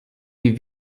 wie